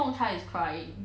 Gong Cha is crying